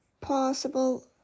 possible